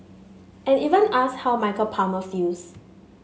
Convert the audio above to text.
and even asked how Michael Palmer feels